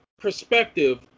perspective